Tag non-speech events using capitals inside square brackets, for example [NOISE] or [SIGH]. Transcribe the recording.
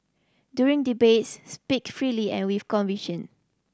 during debates speak freely and with [UNINTELLIGIBLE]